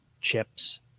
chips